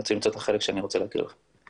רוצה למצוא את החלק שאני רוצה להקריא לכם: